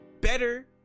better